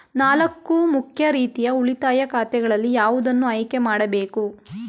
ನಾಲ್ಕು ಮುಖ್ಯ ರೀತಿಯ ಉಳಿತಾಯ ಖಾತೆಗಳಲ್ಲಿ ಯಾವುದನ್ನು ಆಯ್ಕೆ ಮಾಡಬೇಕು?